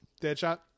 Deadshot